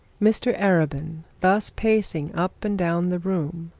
mr arabin, thus passing up and down the room,